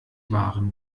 wahren